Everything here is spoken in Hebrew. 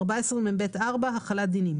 14מב4החלת דינים